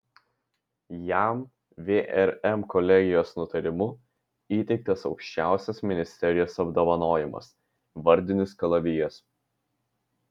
jam vrm kolegijos nutarimu įteiktas aukščiausias ministerijos apdovanojimas vardinis kalavijas